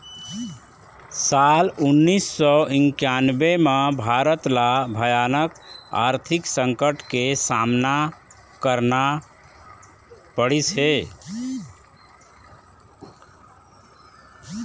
साल उन्नीस सौ इन्कानबें म भारत ल भयानक आरथिक संकट के सामना करना पड़िस हे